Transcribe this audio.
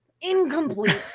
incomplete